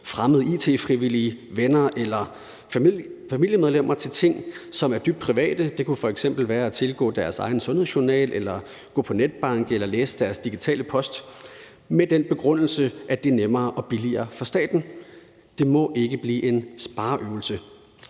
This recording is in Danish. fremmede it-frivillige, venner eller familiemedlemmer til ting, som er dybt private – det kunne f.eks. være at tilgå deres egen sundhedsjournal eller gå på netbank eller læse deres digitale post – med den begrundelse, at det er nemmere og billigere for staten. Det må ikke blive en spareøvelse.